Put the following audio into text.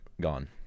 gone